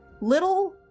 little